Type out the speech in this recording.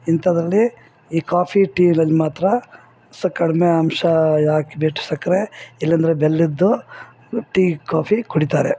ಇಂಥದ್ರಲ್ಲಿ ಈ ಕಾಫಿ ಟೀಗ್ಳಲ್ಲಿ ಮಾತ್ರ ಸಹ ಕಡಿಮೆ ಅಂಶ ಹಾಕ್ಬಿಟ್ ಸಕ್ಕರೆ ಇಲ್ಲಾಂದರೆ ಬೆಲ್ಲದ್ದು ಟೀ ಕಾಫಿ ಕುಡಿತಾರೆ